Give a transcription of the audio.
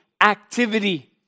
Activity